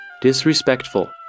Disrespectful